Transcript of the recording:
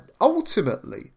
ultimately